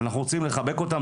אנחנו רוצים לחבק אותם.